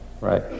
right